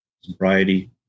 sobriety